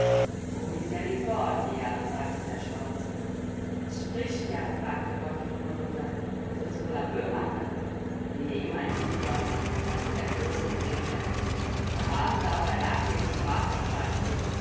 sagte der schwarze was spricht der fragte gottlieb verwundert das is wohl a böhmake nee mein lieber sagte der große geringschätzig da haben se eben gar keenen sprachverstand nich